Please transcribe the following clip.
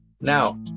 Now